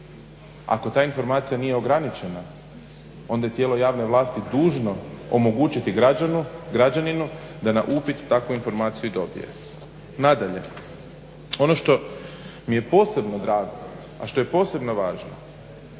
ako ta informacija nije ograničena, onda je tijelo javne vlasti dužno omogućiti građaninu da na upit takvu informaciju dobije. Nadalje, ono što mi je posebno drago, a što je posebno važno,